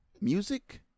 music